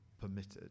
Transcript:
permitted